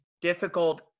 difficult